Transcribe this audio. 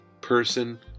person